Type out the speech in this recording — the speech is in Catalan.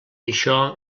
això